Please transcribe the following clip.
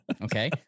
Okay